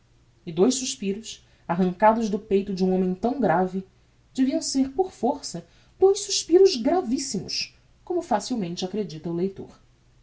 e dous suspiros arrancados do peito de um homem tão grave deviam ser por força dous suspiros gravissimos como facilmente acredita o leitor